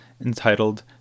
entitled